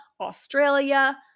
Australia